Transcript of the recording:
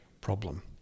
problem